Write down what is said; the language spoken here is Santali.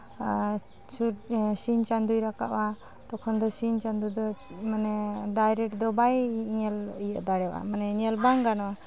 ᱟᱨ ᱥᱤᱧ ᱪᱟᱸᱫᱚᱭ ᱨᱟᱠᱟᱵᱟ ᱛᱚᱠᱷᱚᱱ ᱫᱚ ᱥᱤᱧ ᱪᱟᱸᱫᱚ ᱫᱚ ᱢᱟᱱᱮ ᱰᱟᱭᱨᱮᱴ ᱫᱚ ᱵᱟᱭ ᱧᱮᱞ ᱫᱟᱲᱮᱭᱟᱜᱼᱟ ᱢᱟᱱᱮ ᱧᱮᱞ ᱵᱟᱝ ᱜᱟᱱᱚᱜᱼᱟ